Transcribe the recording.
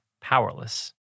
powerless